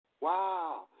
wow